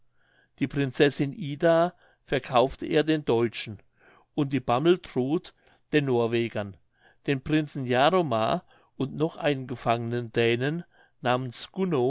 die prinzessin ida verkaufte er den deutschen und die bammeltrud den norwegern den prinzen jaromar und noch einen gefangenen dänen namens gunno